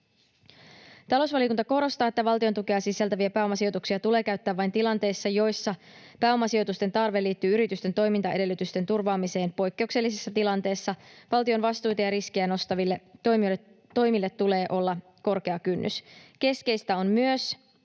Talousvaliokunta korostaa, että valtiontukea sisältäviä pääomasijoituksia tulee käyttää vain tilanteissa, joissa pääomasijoitusten tarve liittyy yritysten toimintaedellytysten turvaamiseen poikkeuksellisessa tilanteessa. Valtion vastuita ja riskejä nostaville toimille tulee olla korkea kynnys. Keskeistä on myös,